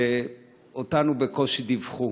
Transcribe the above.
ועלינו בקושי דיווחו.